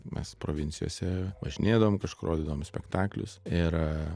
mes provincijose važinėdavom kažkur rodydavom spektaklius ir